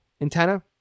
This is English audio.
antenna